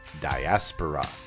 Diaspora